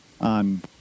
on